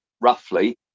roughly